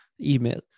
email